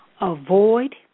avoid